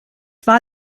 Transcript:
war